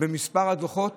במספר הדוחות